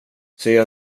säger